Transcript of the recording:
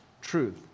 truth